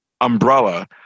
umbrella